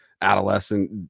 adolescent